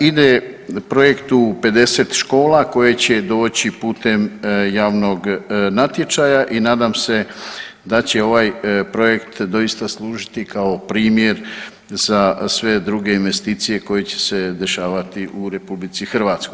Ide projektu 50 škola koje će doći putem javnog natječaja i nadam se da će ovaj projekt doista služiti kao primjer za sve druge investicije koje će se dešavati u RH.